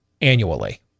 annually